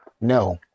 No